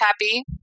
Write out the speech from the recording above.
happy